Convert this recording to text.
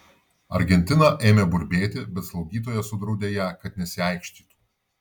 argentina ėmė burbėti bet slaugytoja sudraudė ją kad nesiaikštytų